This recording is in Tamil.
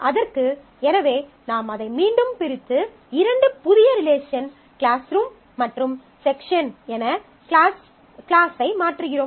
அதற்கு எனவே நாம் அதை மீண்டும் பிரித்து இரண்டு புதிய ரிலேஷன் கிளாஸ் ரூம் மற்றும் செக்ஷன் என கிளாஸை மாற்றுகிறோம்